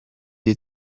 dei